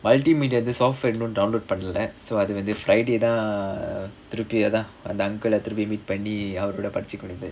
multimedia software இன்னும்:innum download பண்ணல:pannala so அது வந்து:athu vanthu friday திருப்பியேதா அந்த:thiruppiyaethaa antha uncle திருப்பி:thiruppi meet பண்ணி அவரோட படிச்சுக்க வேண்டிது:panni avaroda padichikka vendithu